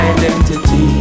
Identity